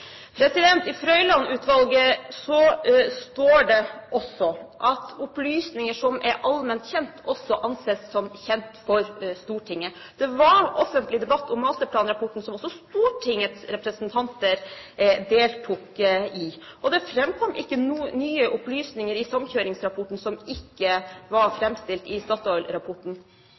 I Frøiland-utvalgets rapport står det også at opplysninger som er allment kjent, anses som kjent for Stortinget. Det var offentlig debatt om masterplanrapporten, som også Stortingets representanter deltok i, og det framkom ikke noen nye opplysninger i samkjøringsrapporten som ikke var framstilt i